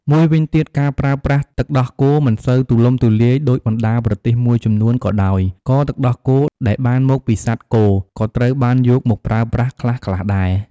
មួយវិញទៀត ការប្រើប្រាស់ទឹកដោះគោមិនសូវទូលំទូលាយដូចបណ្ដាប្រទេសមួយចំនួនក៏ដោយ ក៏ទឹកដោះគោដែលបានមកពីសត្វគោក៏ត្រូវបានយកមកប្រើប្រាស់ខ្លះៗដែរ។